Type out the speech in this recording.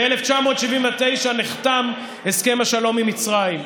ב-1979 נחתם הסכם השלום עם מצרים,